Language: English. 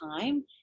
time